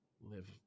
live